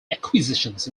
acquisitions